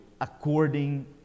according